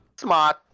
smart